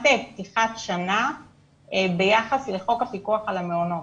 פתיחת שנה ביחס לחוק הפיקוח על המעונות.